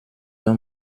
d’un